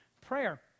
prayer